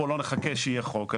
בוא נחכה שיהיה חוק,